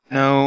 no